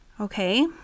Okay